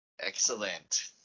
Excellent